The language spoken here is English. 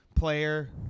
player